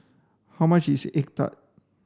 how much is egg tart